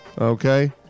okay